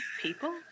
People